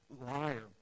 liar